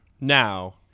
now